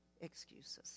excuses